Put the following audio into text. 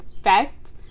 effect